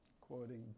Quoting